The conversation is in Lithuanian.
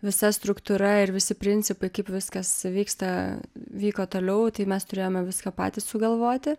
visa struktūra ir visi principai kaip viskas vyksta vyko toliau tai mes turėjome viską patys sugalvoti